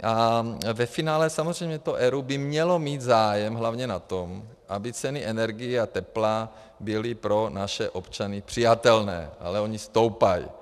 Ale ve finále samozřejmě to ERÚ by mělo mít zájem hlavně na tom, aby ceny energií a tepla byly pro naše občany přijatelné, ale ony stoupají.